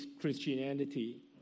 Christianity